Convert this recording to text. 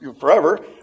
forever